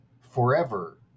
Forever